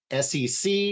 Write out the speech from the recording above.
SEC